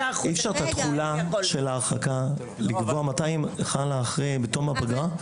האם אי אפשר לקבוע שהתחולה של ההרחקה תחול בתום הפגרה?